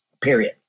period